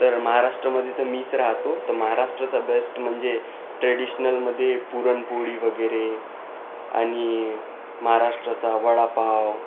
तर महाराष्ट्रामध्ये मी तर मी तर राहतो तर महाराष्ट्राचा बेस्ट म्हणजे ट्रेडिशनलमध्ये पुरणपोळी वगैरे आणि महाराष्ट्राचा वडापाव